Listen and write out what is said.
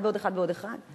אחד ועוד אחד ועוד אחד,